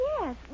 Yes